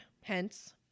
hence